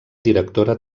directora